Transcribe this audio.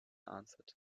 answered